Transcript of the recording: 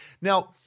Now